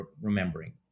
remembering